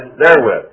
therewith